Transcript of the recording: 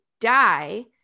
die